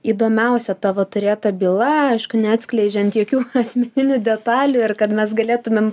įdomiausia tavo turėta byla aišku neatskleidžiant jokių asmeninių detalių ir kad mes galėtumėm